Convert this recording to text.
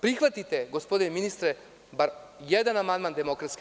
Prihvatite gospodine ministre bar jedan amandman DS.